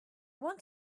want